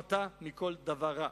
"ונשמרת מכל דבר רע".